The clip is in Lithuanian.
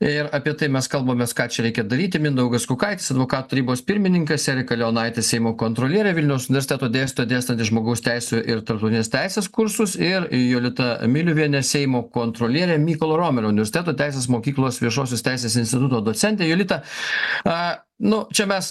ir apie tai mes kalbamės ką čia reikia daryti mindaugas kukaitis advokatų tarybos pirmininkas erika leonaitė seimo kontrolierė vilniaus universiteto dėstytoja dėstanti žmogaus teisių ir tarptautinės teisės kursus ir jolita miliuvienė seimo kontrolierė mykolo romerio universiteto teisės mokyklos viešosios teisės instituto docentė jolita a nu čia mes